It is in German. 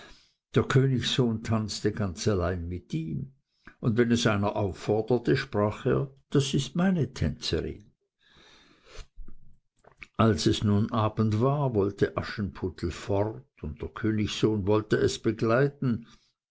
der königssohn tanzte ganz allein mit ihm und wenn es einer aufforderte sprach er das ist meine tänzerin als es nun abend war wollte aschenputtel fort und der königssohn wollte es begleiten